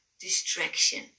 distraction